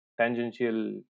tangential